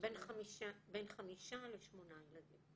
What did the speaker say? בין חמישה לשמונה ילדים.